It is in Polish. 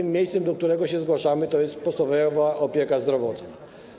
Miejscem, do którego się zgłaszamy, jest podstawowa opieka zdrowotna.